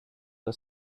was